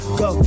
go